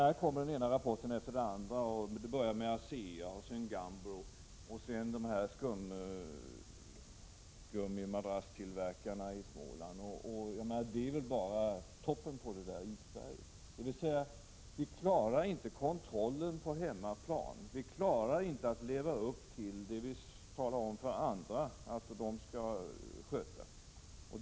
Här kommer den ena rapporten efter den andra — det började med Asea, sedan Gambro och därefter skumgummimadrasstillverkarna i Småland, och det är väl bara toppen på isberget. Vi klarar alltså inte kontrollen på hemmaplan, vi klarar inte att leva upp till det vi kräver av andra att de skall göra.